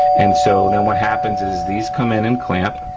and so then what happens is these come in and clamp,